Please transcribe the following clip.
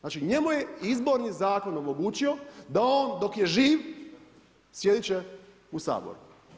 Znači njemu je Izborni zakon omogućio da on dok je živ sjediti će u Saboru.